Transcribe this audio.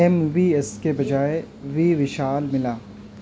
M V S کے بجائے V Vishal ملا